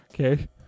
Okay